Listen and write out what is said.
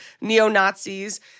neo-Nazis